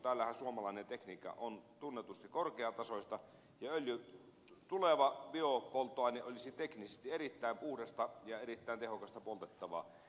täällähän suomalainen tekniikka on tunnetusti korkeatasoista ja tuleva biopolttoaine olisi teknisesti erittäin puhdasta ja erittäin tehokasta poltettavaa